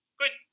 good